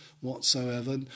whatsoever